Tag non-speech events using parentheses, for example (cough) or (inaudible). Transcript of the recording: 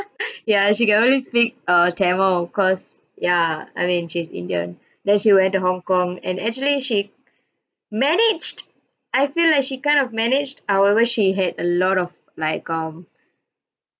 (laughs) ya she can only speak err tamil cause ya I mean she's indian then she went to hong kong and actually she managed I feel like she kind of managed however she had a lot of like um